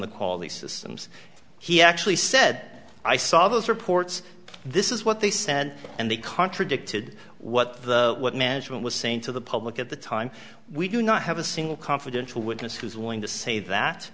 the systems he actually said i saw those reports this is what they said and they contradicted what the what management was saying to the public at the time we do not have a single confidential witness who is willing to say that